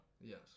Yes